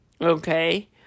Okay